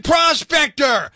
Prospector